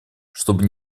чтобы